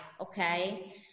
okay